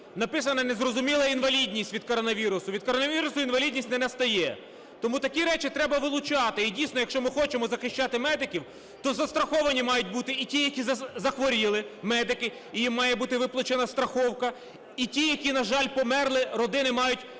написано незрозуміло: "інвалідність від коронавірусу". Від коронавірусу інвалідність не настає. Тому такі речі треба вилучати. І дійсно, якщо ми хочемо захищати медиків, то застраховані мають бути і ті, які захворіли медики. І їм має бути виплачена страховка. І ті, які, на жаль, померли. Родини мають